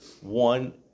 One